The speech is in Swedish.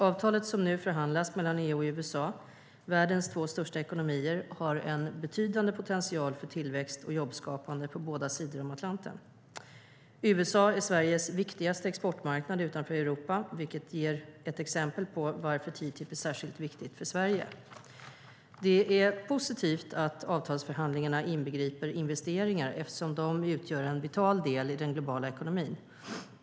Avtalet som nu förhandlas mellan EU och USA, världens två största ekonomier, har en betydande potential för tillväxt och jobbskapande på båda sidor om Atlanten. USA är Sveriges viktigaste exportmarknad utanför Europa, vilket ger ett exempel på varför TTIP är särskilt viktigt för Sverige. Det är positivt att avtalsförhandlingarna inbegriper investeringar, eftersom de utgör en vital del i den globala ekonomin.